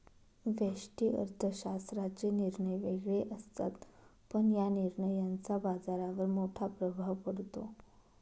व्यष्टि अर्थशास्त्राचे निर्णय वेगळे असतात, पण या निर्णयांचा बाजारावर मोठा प्रभाव पडतो